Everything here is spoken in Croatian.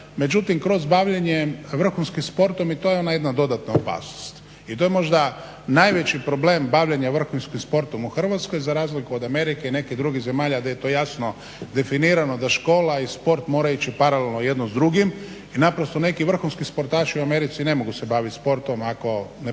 međutim kroz bavljenje vrhunskim sportom i to je ona jedna dodatna opasnost. I to je možda najveći problem bavljenja vrhunskim sportom u Hrvatskoj za razliku od Amerike i nekih drugih zemalja gdje je to jasno definirano da škola i sport moraju ići paralelno jedno s drugim i naprosto neki vrhunski sportaši u Americi ne mogu se baviti sportom na